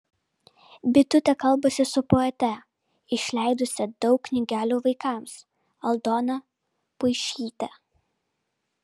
bitutė kalbasi su poete išleidusia daug knygelių vaikams aldona puišyte